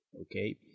Okay